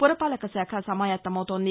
పురపాలక శాఖ నమాయత్తమవుతోంది